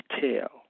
detail